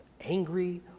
angry